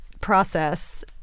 process